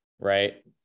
right